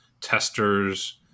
testers